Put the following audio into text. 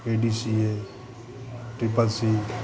A D C A triple C